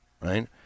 right